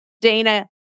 Dana